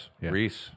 Reese